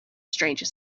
stranger